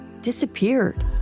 disappeared